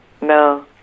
No